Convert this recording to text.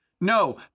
no